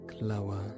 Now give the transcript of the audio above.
lower